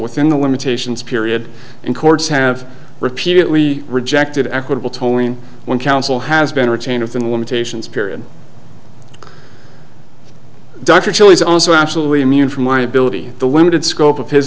within the limitations period and courts have repeatedly rejected equitable tolling when counsel has been retained of the limitations period dr phil is also absolutely immune from liability the limited scope of his